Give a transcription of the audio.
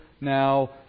now